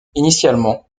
initialement